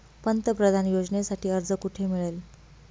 पंतप्रधान योजनेसाठी अर्ज कुठे मिळेल?